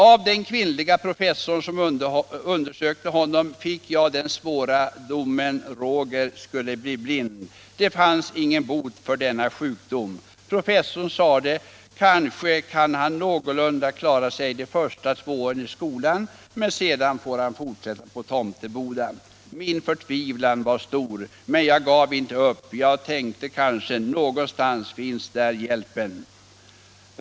Av den kvinnliga professorn som undersökte honom fick jag den svåra domen att Roger skulle bli blind. Det fanns ingen bot för denna sjukdom. Professorn sade: Kanske kan han någorlunda klara dom första två åren i skolan, sedan får han fortsätta på Tomteboda. Min förtvivlan var stor, men jag gav inte upp, jag tänkte kanske någonstans finns där hjälp.